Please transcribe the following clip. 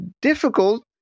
difficult